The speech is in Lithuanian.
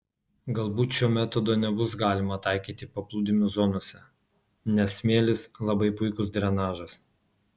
galbūt šio metodo nebus galima taikyti paplūdimių zonose nes smėlis labai puikus drenažas